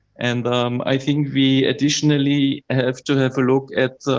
and i think we additionally have to have a look at